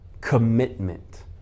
commitment